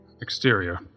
Exterior